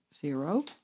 zero